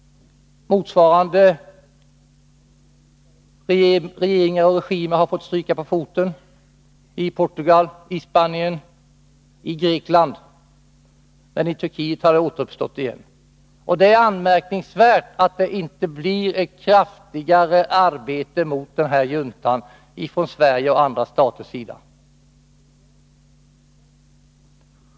Motsvarande regeringar och regimer har fått stryka på foten i Portugal, Spanien och Grekland, men i Turkiet har juntan återuppstått. Det är anmärkningsvärt att det inte blir kraftigare arbete mot den turkiska juntan från Sveriges och andra staters sida.